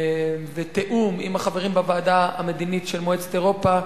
בתיאום עם החברים בוועדה המדינית של מועצת אירופה,